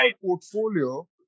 portfolio